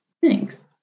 Thanks